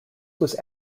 was